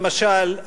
למשל,